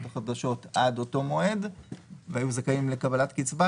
החדשות עד אותו מועד וזכאים לקבלת קצבה,